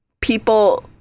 people